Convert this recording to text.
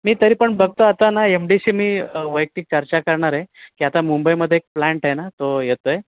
मी तरी पण बघतो आता ना एम डीशी मी वैयक्तिक चर्चा करणार आहे की आता मुंबईमध्ये एक प्लांट आहे ना तो येतो आहे